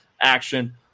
Action